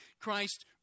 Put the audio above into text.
Christ